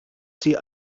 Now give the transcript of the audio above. sie